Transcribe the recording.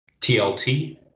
tlt